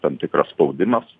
tam tikras spaudimas